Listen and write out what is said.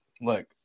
look